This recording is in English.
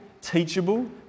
teachable